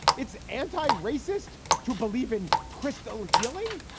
it's anti-racist to believe in crystal healing.